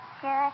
Sure